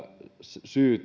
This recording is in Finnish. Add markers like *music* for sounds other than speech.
syy *unintelligible*